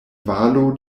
valo